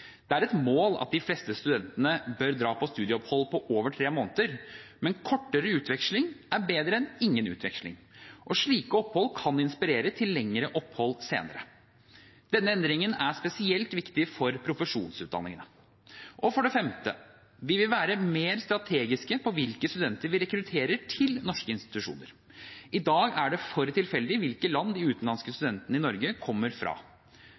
Det er et mål at de fleste studentene drar på studieopphold på over tre måneder, men kortere utveksling er bedre enn ingen utveksling, og slike opphold kan inspirere til lengre opphold senere. Denne endringen er spesielt viktig for profesjonsutdanningene. Og for det femte vil vi være mer strategiske med tanke på hvilke studenter vi rekrutterer til norske institusjoner. I dag er det for tilfeldig hvilke land de utenlandske studentene i Norge kommer fra.